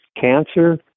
cancer